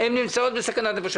הם נמצאים בסכנת נפשות.